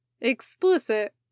explicit